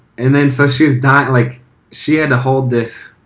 and then so she was dying, like she had to hold this